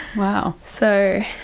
wow. so